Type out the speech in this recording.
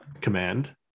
command